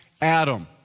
Adam